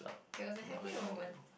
it was a happy moment